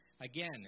Again